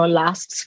last